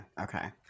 okay